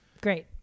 great